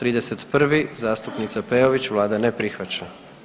31., zastupnica Peović, Vlada ne prihvaća.